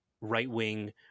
right-wing